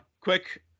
quick